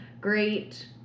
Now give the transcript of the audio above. great